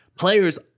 players